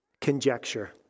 conjecture